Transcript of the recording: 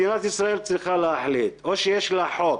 מדינת ישראל צריכה להחליט: או שיש לה חוק